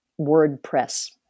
WordPress